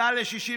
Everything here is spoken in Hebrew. הוא עלה ל-61.6%,